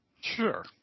sure